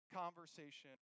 conversation